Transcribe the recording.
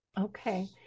Okay